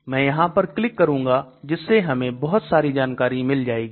मैं यहां पर क्लिक करूंगा जिससे हमें बहुत सारी जानकारी मिल जाएगी